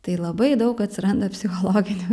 tai labai daug atsiranda psichologinių